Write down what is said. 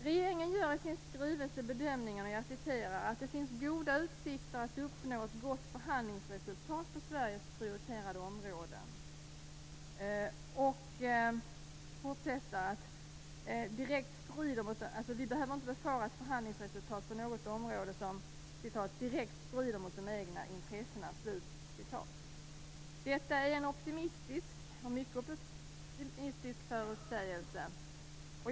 Regeringen gör i sin skrivelse bedömningen "att det finns goda utsikter att uppnå ett gott förhandlingsresultat på Sveriges prioriterade områden". Vi behöver inte befara ett förhandlingsresultat på något område som "direkt strider mot de egna intressena". Detta är en mycket optimistisk förutsägelse.